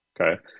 okay